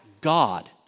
God